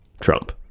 trump